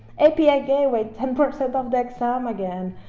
api gateway ten percent of the exam again,